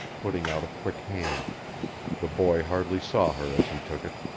putting out a quick hand the boy hardly saw her as he took it.